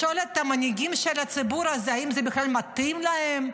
לשאול את המנהיגים של הציבור הזה: האם זה בכלל מתאים להם?